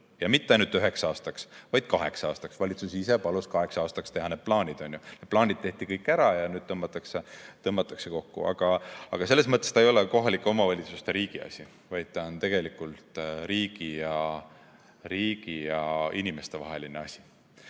mitte üheks aastaks, vaid kaheks aastaks. Valitsus ise palus kaheks aastaks teha need plaanid. Plaanid tehti kõik ära, aga nüüd tõmmatakse rahastus kokku. Selles mõttes see ei ole kohalike omavalitsuste ja riigi vaheline asi, see on tegelikult riigi ja inimeste vaheline asi.